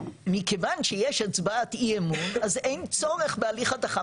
מכיוון שיש הצבעת אי אמון אז אין צורך בהליך הדחה.